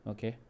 Okay